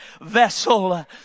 vessel